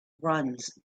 runs